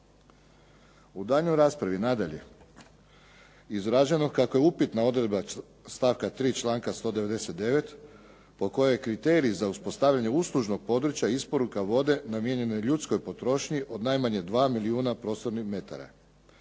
U daljnjoj raspravi nadaje je izraženo kako je upitna odredba stavka 3. članka 199. po kojoj kriteriji za uspostavljanje uslužnog područja isporuka vode, namijenjenoj ljudskoj potrošnji od najmanje 2 milijuna prostornih metara.